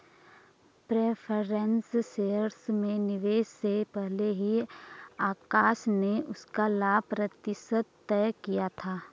preference shares में निवेश से पहले ही आकाश ने उसका लाभ प्रतिशत तय किया था